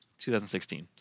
2016